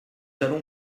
allons